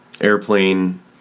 airplane